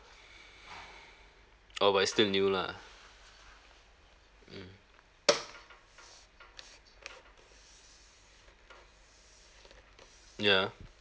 oh but it's still new lah mm ya